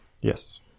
Yes